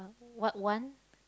what one